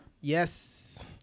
Yes